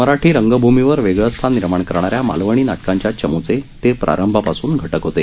मराठी रंगभूमीवर वेगळं स्थान निर्माण करणाऱ्या मालवणी नाटकांच्या चमुचे ते प्रारंभापासूनचे घटक होते